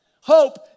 Hope